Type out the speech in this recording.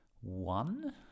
one